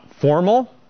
formal